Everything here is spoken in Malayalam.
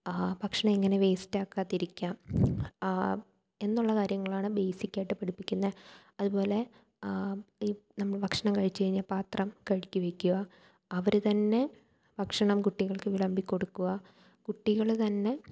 ഭക്ഷണം എങ്ങനെ വെസ്റ്റേക്കാതിരിക്കാം എന്നുള്ള കാര്യങ്ങളാണ് ബേസിക്കായിട്ട് പഠിപ്പിക്കുന്നത് അതുപോലെ ഈ നമ്മൾ ഭക്ഷണം കഴിച്ച് കഴിഞ്ഞ പത്രം കഴുകി വെയ്ക്കുക അവർ തന്നെ ഭക്ഷണം കുട്ടികൾക്ക് വിളമ്പി കൊടുക്കുക കുട്ടികൾ തന്നെ